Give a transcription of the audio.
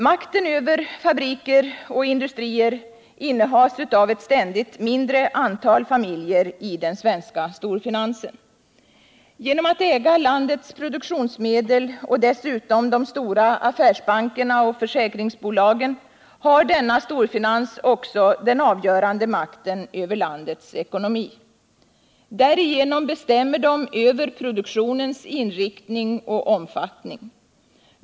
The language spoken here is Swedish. Makten över fabriker och industrier innehas av ett ständigt mindre antal familjer i den svenska storfinansen. Genom att äga landets produktionsmedel och dessutom de stora affärsbankerna och försäkringsbolagen har denna storfinans också den avgörande makten över landets ekonomi. Därigenom bestämmer man produktionens inriktning och omfattning.